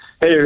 hey